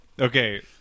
Okay